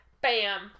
bam